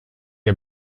the